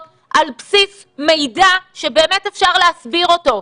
על בסיס מידע שבאמת אפשר להסביר אותו.